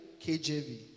KJV